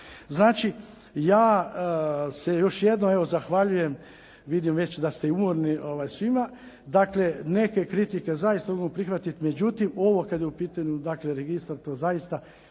lijepo. Ja se još jednom zahvaljujem, vidim već da ste i umorni, svima. Dakle, neke kritike zaista mogu prihvatiti, međutim ovo kad je u pitanju registar to zaista